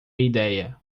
ideia